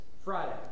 Friday